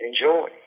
Enjoy